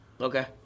Okay